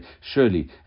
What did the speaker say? surely